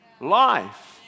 life